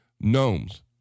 Gnomes